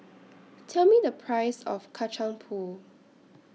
Tell Me The Price of Kacang Pool